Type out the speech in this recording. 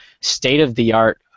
state-of-the-art